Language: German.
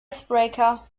icebreaker